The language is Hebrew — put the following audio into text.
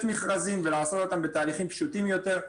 מכרזים ולעשות אותם בתהליכים פשוטים יותר ונוחים.